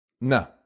No